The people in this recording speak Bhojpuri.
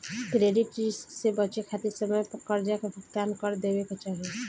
क्रेडिट रिस्क से बचे खातिर समय पर करजा के भुगतान कर देवे के चाही